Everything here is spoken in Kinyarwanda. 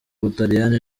butaliyani